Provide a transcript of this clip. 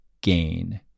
gain